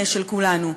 של כולנו.